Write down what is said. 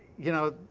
you know,